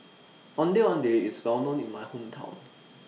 Ondeh Ondeh IS Well known in My Hometown